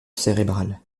cérébrale